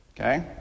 okay